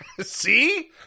See